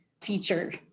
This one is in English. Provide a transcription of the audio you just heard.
feature